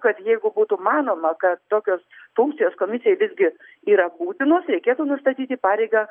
kad jeigu būtų manoma kad tokios funkcijos komisijai visgi yra būtinos reikėtų nustatyti pareigą